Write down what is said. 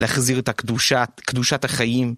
להחזיר את הקדושת, קדושת החיים.